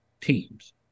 teams